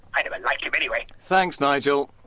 i never liked him anyway! thanks nigel.